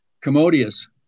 commodious